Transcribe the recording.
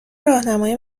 راهنماییم